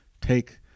take